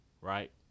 right